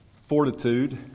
fortitude